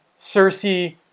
Cersei